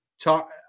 talk